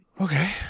okay